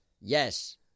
Yes